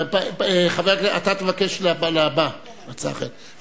חבר הכנסת, אתה תבקש להבא הצעה אחרת.